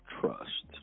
trust